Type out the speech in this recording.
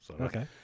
Okay